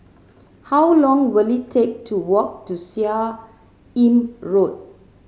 how long will it take to walk to Seah Im Road